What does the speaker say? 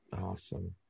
Awesome